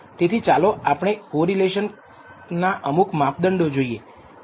તેથી ચાલો પહેલા આપણે કોરિલેશન ના અમુક માપદંડો જોઈએ